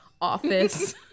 office